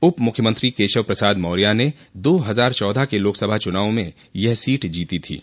उपमुख्यमंत्री केशव प्रसाद मौर्च ने दो हजार चौदह के लोकसभा चूनाव में यह सीट जीती थीं